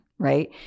right